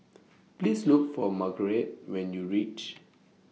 Please Look For Margeret when YOU REACH